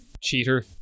cheater